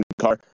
car